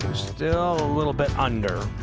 still a little bit and